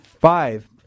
Five